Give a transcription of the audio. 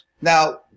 Now